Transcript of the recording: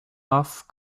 off